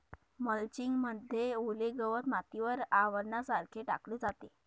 mulching मध्ये ओले गवत मातीवर आवरणासारखे टाकले जाते